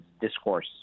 discourse